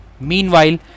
Meanwhile